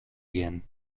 again